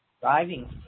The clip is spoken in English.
driving